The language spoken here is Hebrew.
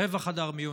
רבע חדר מיון,